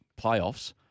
playoffs